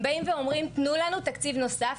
הם באים ואומרים: תנו לנו תקציב נוסף,